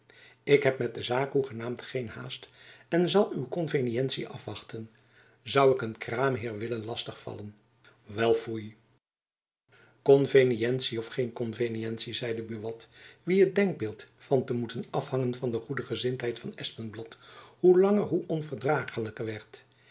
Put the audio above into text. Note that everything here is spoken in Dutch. ik heb met de zaak hoegenaamd geen haast en zal uw konvenientie afwachten zoû ik een kraamheer willen lastig vallen wel foei konvenientie of geen konvenientie zeide buat wien het denkbeeld van te moeten afhangen van de goede gezindheid van van espenblad hoe langer hoe onverdraaglijker werd